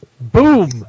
Boom